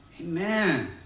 Amen